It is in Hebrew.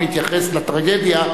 ואם התייחס לטרגדיה,